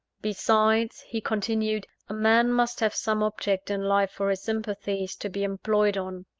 besides, he continued, a man must have some object in life for his sympathies to be employed on.